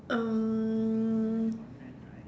um